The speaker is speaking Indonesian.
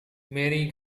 mary